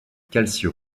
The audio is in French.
calcio